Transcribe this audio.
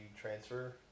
transfer